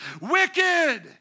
wicked